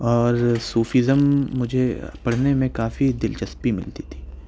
اور صوفیزم مجھے پڑھنے میں کافی دلچسپی مِلتی تھی